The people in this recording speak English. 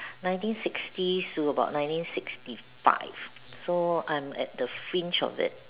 nineteen sixties to about nineteen sixty five so I'm at the fringe of it